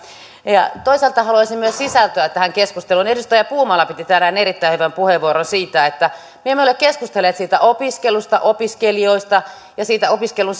toisaalta haluaisin myös sisältöä tähän keskusteluun edustaja puumala piti täällä erittäin hyvän puheenvuoron siitä että me emme ole keskustelleet opiskelusta opiskelijoista ja opiskelun